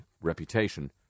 reputation